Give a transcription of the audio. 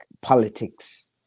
politics